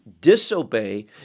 disobey